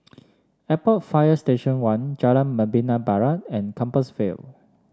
Airport Fire Station One Jalan Membina Barat and Compassvale